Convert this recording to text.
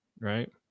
right